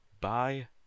Bye